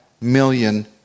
million